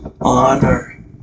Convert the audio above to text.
honor